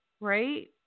right